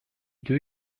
deux